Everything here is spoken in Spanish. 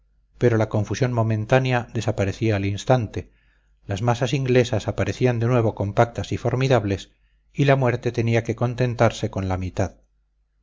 pero la confusión momentánea desaparecía al instante las masas inglesas aparecían de nuevo compactas y formidables y la muerte tenía que contentarse con la mitad